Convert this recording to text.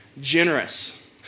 generous